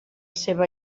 seva